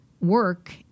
work